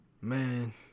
Man